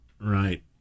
Right